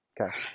okay